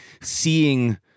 seeing